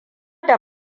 da